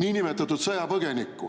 niinimetatud sõjapõgenikku